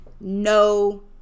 no